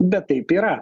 bet taip yra